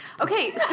Okay